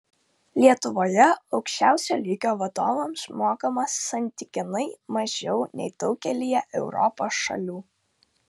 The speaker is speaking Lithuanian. lietuvoje aukščiausio lygio vadovams mokama santykinai mažiau nei daugelyje europos šalių